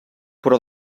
però